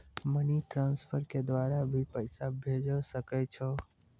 Money transfer के द्वारा भी पैसा भेजै सकै छौ?